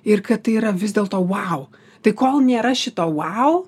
ir kad tai yra vis dėl vau tai kol nėra šito vau